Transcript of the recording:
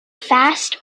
fast